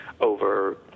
over